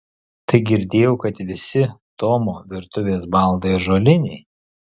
tai girdėjau kad visi tomo virtuvės baldai ąžuoliniai